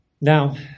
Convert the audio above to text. Now